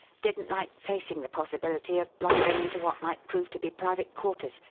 didn't like facing the possibility of blundering into what might prove to be private quarters,